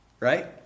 Right